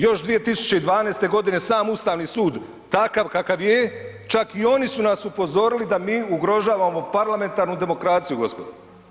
Još 2012. godine sam Ustavni sud takav kakav je, čak i oni su nas upozorili da mi ugrožavamo parlamentarnu demokraciju gospodo.